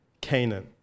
Canaan